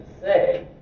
say